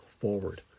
forward